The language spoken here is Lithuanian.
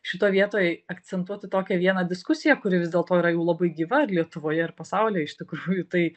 šitoj vietoj akcentuoti tokią vieną diskusiją kuri vis dėlto yra jau labai gyva ir lietuvoje ir pasaulyje iš tikrųjų tai